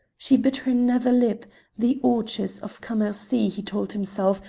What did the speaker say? she bit her nether lip the orchards of cammercy, he told himself,